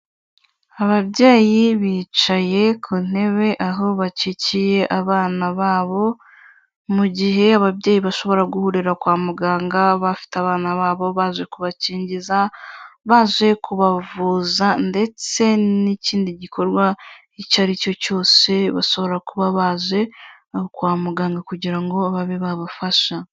Ababyeyi bicaye ku ntebe aho bakikiye abana babo, mu gihe ababyeyi bashobora guhurira kwa muganga bafite abana babo, baje kubakingiza, baje kubavuza ndetse n'ikindi gikorwa icyo ari cyo cyose bashoborara kuba baje kwa muganga kugira ngo babe babafasha.